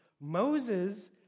Moses